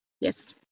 Yes